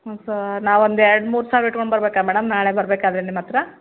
ಹ್ಞೂ ಸೊ ನಾವು ಒಂದು ಎರಡು ಮೂರು ಸಾವಿರ ಇಟ್ಕೊಂಡು ಬರ್ಬೇಕಾ ಮೇಡಮ್ ನಾಳೆ ಬರಬೇಕಾದ್ರೆ ನಿಮ್ಮತ್ತಿರ